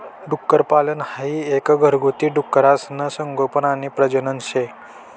डुक्करपालन हाई एक घरगुती डुकरसनं संगोपन आणि प्रजनन शे